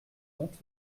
compte